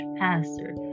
pastor